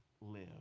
live